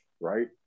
right